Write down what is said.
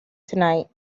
tonight